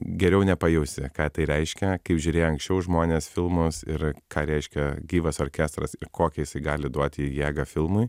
geriau nepajusi ką tai reiškia kaip žiūrėjo anksčiau žmonės filmus ir ką reiškia gyvas orkestras kokią jis gali duoti jėgą filmui